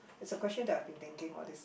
it's a question that I've been thinking all this